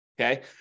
Okay